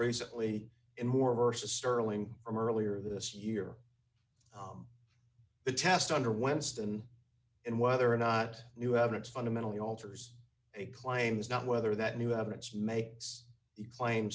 recently in more versus sterling from earlier this year the test under winston and whether or not new evidence fundamentally alters a claim is not whether that new evidence makes the claim